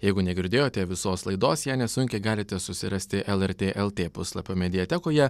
jeigu negirdėjote visos laidos ją nesunkiai galite susirasti lrt lt puslapio mediatekoje